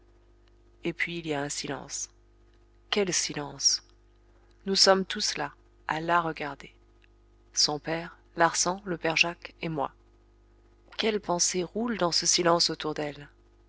et puis il y a un silence quel silence nous sommes tous là à la regarder son père larsan le père jacques et moi quelles pensées roulent dans ce silence autour d'elle